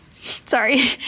Sorry